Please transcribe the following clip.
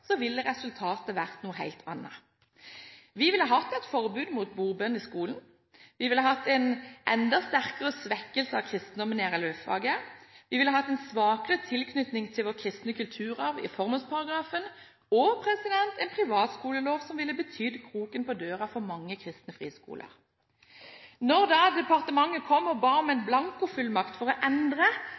ville resultatet vært noe helt annet. Vi ville hatt et forbud mot bordbønn i skolen, vi ville hatt en enda sterkere svekkelse av kristendommen i RLE-faget, vi ville hatt en svakere tilknytning til vår kristne kulturarv i formålsparagrafen, og en privatskolelov som ville betydd kroken på døra for mange kristne friskoler. Når da departementet kom og ba om en blankofullmakt for å endre